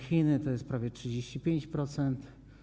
Chiny to jest prawie 35%.